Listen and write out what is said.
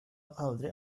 aldrig